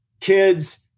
kids